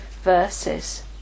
verses